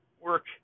work